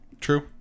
True